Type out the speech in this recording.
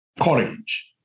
Courage